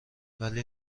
ولی